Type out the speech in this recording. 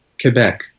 Quebec